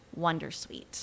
wondersuite